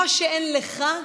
מה שאין לך,